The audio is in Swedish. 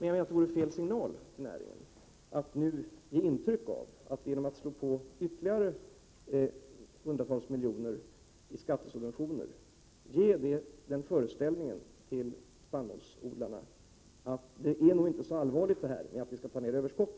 Men jag tror att det är fel signal för näringen att nu, genom att ge ytterligare hundratals miljoner i skattesubventioner, ge spannmålsodlarna ett intryck av att det nog inte är så allvarligt när vi säger att vi skall få ner överskotten.